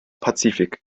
pazifik